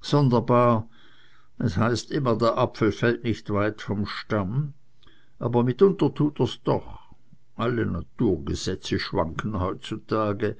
sonderbar es heißt immer der apfel fällt nicht weit vom stamm aber mitunter tut er's doch alle naturgesetze schwanken heutzutage